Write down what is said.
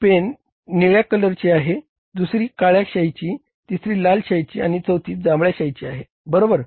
pen निळ्या शाईची आहे दुसरी काळ्या शाईची तिसरी लाल शाईची आणि चौथी जांभळ्या शाईची आहे बरोबर